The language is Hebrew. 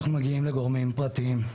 לגורמים פרטיים.